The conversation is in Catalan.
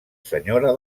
senyora